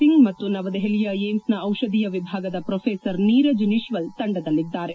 ಸಿಂಗ್ ಮತ್ತು ನವದೆಹಲಿಯ ಏಮ್ಸ್ ನ ಔಷಧೀಯ ವಿಭಾಗದ ಪ್ರೋಫೆಸರ್ ನೀರಜ್ ನಿಶ್ವಲ್ ತಂಡದಲ್ಲಿದ್ದಾರೆ